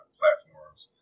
platforms